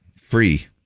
free